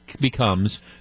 becomes